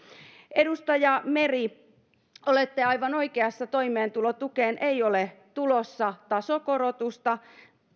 edustaja meri olette aivan oikeassa toimeentulotukeen ei ole tulossa tasokorotusta